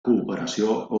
cooperació